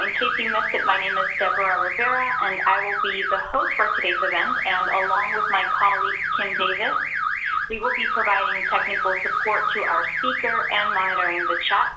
in case you missed it my name is deborah rivera and i will be the host for today's event and along with my colleague kim davis we will be providing technical support to our speaker and monitoring the chat